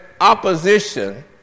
opposition